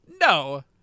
No